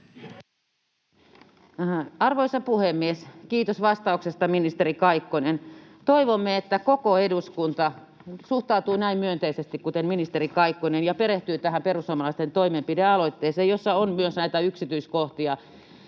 Arvoisa puhemies! Kiitos vastauksesta, ministeri Kaikkonen. Toivomme, että koko eduskunta suhtautuu näin myönteisesti kuten ministeri Kaikkonen ja perehtyy tähän perussuomalaisten toimenpidealoitteeseen, jossa on teille esitykseksi